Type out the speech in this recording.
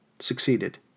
succeeded